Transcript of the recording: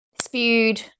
Spewed